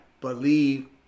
believe